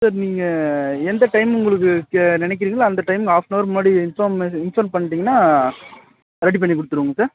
sir நீங்கள் எந்த time உங்களுக்கு நினைக்கிறீங்ளோ அந்த டைம் ஹாஃப் ஆன் ஹவர் முன்னாடி இன்ஃபார்ம் இன்ஃபார்ம் பண்ணிட்டீங்கனா ரெடி பண்ணி குடுத்துடுவோங்க சார்